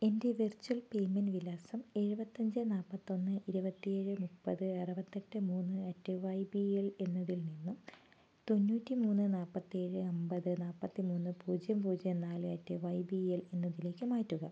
എൻ്റെ virtual payment വിലാസം എഴുപത്തിയഞ്ച് നൽപ്പത്തൊന്ന് ഇരുപത്തേഴ് മുപ്പത് അറുപത്തെട്ട് മൂന്ന് അറ്റ് വൈ ബി എൽ എന്നതിൽ നിന്നും തൊണ്ണൂറ്റി മൂന്ന് നാല്പത്തി ഏഴ് അമ്പത് നാൽപ്പത്തി മൂന്ന് പൂജ്യം പൂജ്യം നാല് അറ്റ് വൈ ബി എൽ എന്നതിലേക്ക് മാറ്റുക